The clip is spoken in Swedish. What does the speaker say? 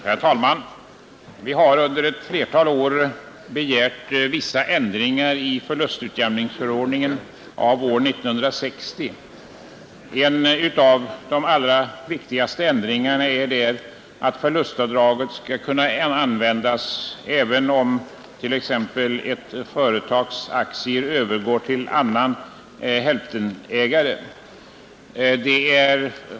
Herr talman! Vi har under flera år begärt vissa ändringar i förlustutjämningsförordningen av år 1960. En av de allra viktigaste ändringarna skulle innebära att förlustavdraget kunde användas, även om t.ex. ett företags aktier övergår till annan hälftenägare.